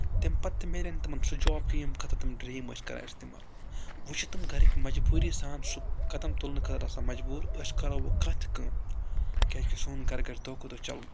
تَمہِ پَتہٕ تہِ میلان تِمَن سُہ جاب کہِ ییٚمہِ خٲطرٕ تٕم ڈرٛیٖم ٲسۍ کَران اِستعمال وۅنۍ چھِ تِم گَرِکۍ مجبوٗری سان سُہ قدم تُلنہٕ خٲطرٕ آسان مَجبوٗر أسۍ کَرو وۅنی کانٛہہ تہِ کٲم کیٛازِکہِ سون گَرٕ گَرھِ دۄہ کھۄتہٕ دۄہ چَلُن